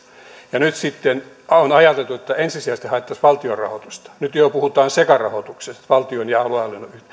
ja nyt sitten on ajateltu että ensisijaisesti haettaisiin valtion rahoitusta ja nyt jo puhutaan valtion ja aluehallinnon